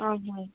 অ' হয়